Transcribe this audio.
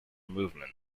movement